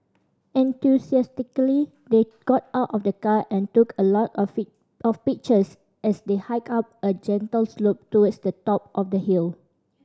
enthusiastically they got out of the car and took a lot of of pictures as they hiked up a gentle slope towards the top of the hill